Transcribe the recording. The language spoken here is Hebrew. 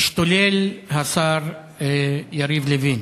השתולל השר יריב לוין.